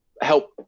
help